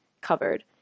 covered